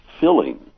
filling